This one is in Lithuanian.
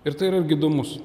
ir tai yra irgi įdomus